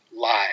live